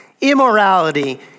Immorality